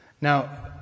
Now